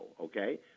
okay